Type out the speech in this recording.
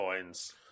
coins